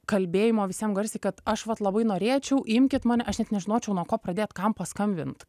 kalbėjimo visiem garsiai kad aš vat labai norėčiau imkit mane aš net nežinočiau nuo ko pradėt kam paskambint